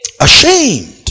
Ashamed